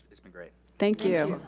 it's been great. thank you.